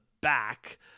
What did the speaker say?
back